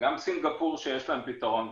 וגם סינגפור שיש לה פתרון,